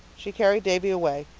she carried davy away,